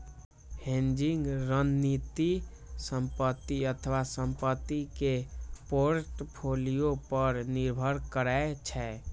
hedging रणनीति संपत्ति अथवा संपत्ति के पोर्टफोलियो पर निर्भर करै छै